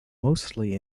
mostly